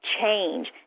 change